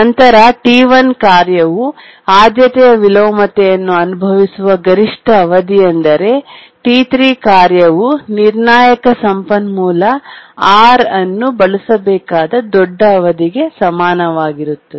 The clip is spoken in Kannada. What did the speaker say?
ನಂತರ T1 ಕಾರ್ಯವು ಆದ್ಯತೆಯ ವಿಲೋಮತೆಯನ್ನು ಅನುಭವಿಸುವ ಗರಿಷ್ಠ ಅವಧಿಯೆಂದರೆ T3 ಕಾರ್ಯವು ನಿರ್ಣಾಯಕ ಸಂಪನ್ಮೂಲ ಆರ್ ಅನ್ನು ಬಳಸಬೇಕಾದ ದೊಡ್ಡ ಅವಧಿಗೆ ಸಮಾನವಾಗಿರುತ್ತದೆ